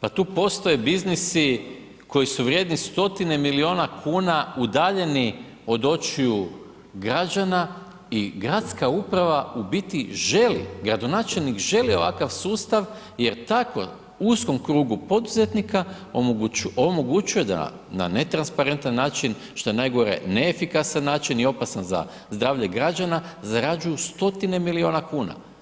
pa tu postoje biznisi koji su vrijedni stotine milijuna kuna udaljeni od očiju građana i gradska uprava u biti želi, gradonačelnik želi ovakav sustav jer tako uskom krugu poduzetnika omogućuje da na netransparentan način, šta je najgore neefikasan način i opasan za zdravlje građana, zarađuju stotine milijuna kuna.